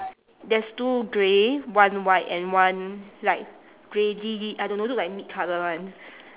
there's two grey one white and one like grey I don't know look like meat colour one